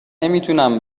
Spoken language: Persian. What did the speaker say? نمیتونم